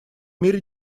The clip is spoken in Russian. мире